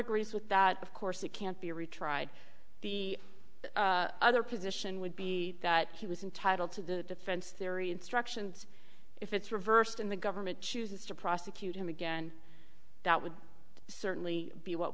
agrees with that of course it can't be retried the other position would be that he was entitled to the defense theory instructions if it's reversed and the government chooses to prosecute him again that would certainly be what